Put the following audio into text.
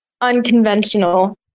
unconventional